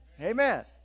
Amen